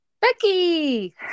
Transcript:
Becky